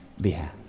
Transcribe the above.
behalf